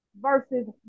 versus